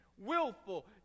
willful